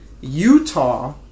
Utah